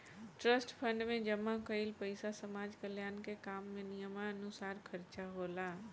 trust fund में जमा कईल पइसा समाज कल्याण के काम में नियमानुसार खर्चा होला